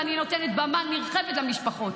ואני נותנת במה נרחבת למשפחות,